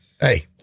hey